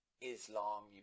Islam